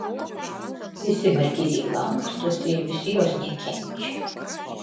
visi markizei lankstosi ir visi jos nekenčia